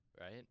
right